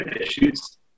issues